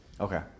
Okay